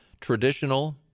traditional